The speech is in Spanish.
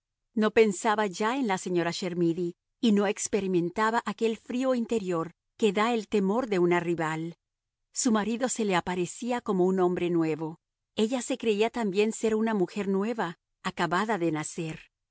no pensaba ya en la señora chermidy y no experimentaba aquel frío interior que da el temor de una rival su marido se le aparecía como un hombre nuevo ella se creía también ser una mujer nueva acabada de nacer